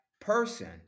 person